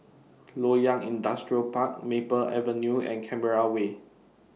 Loyang Industrial Park Maple Avenue and Canberra Way